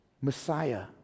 Messiah